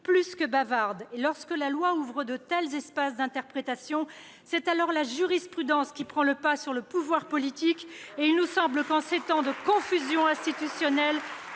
plutôt que bavardes. Lorsque la loi ouvre de tels espaces d'interprétation, c'est la jurisprudence qui prend le pas sur le pouvoir politique. En ces temps de confusion institutionnelle,